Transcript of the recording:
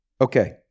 Okay